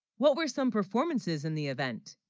what were some performances in the event?